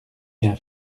bien